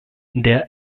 der